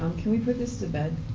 can we put this to bed?